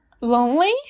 Lonely